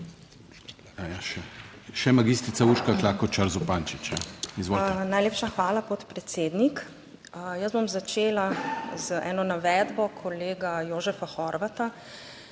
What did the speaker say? Najlepša hvala, podpredsednik. Jaz bom začela z eno navedbo kolega Jožefa Horvata,